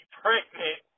pregnant